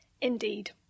Indeed